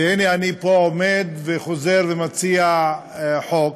והנה אני פה עומד וחוזר ומציע חוק,